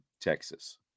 Texas